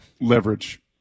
Leverage